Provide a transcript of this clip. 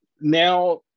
Now